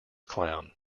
clown